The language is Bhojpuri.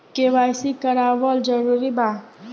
के.वाइ.सी करवावल जरूरी बा?